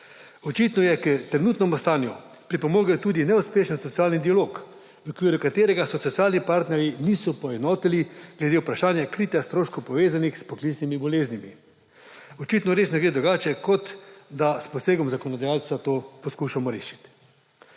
Očitno je k trenutnemu stanju pripomogel tudi neuspešen socialni dialog, v okviru katerega se socialni partnerji niso poenotili glede vprašanja kritja stroškov, povezanih s poklicnimi boleznimi. Očitno res ne gre drugače, kot da s posegom zakonodajalca to poskušamo rešiti.